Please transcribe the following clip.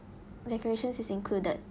decorations is included